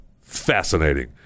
fascinating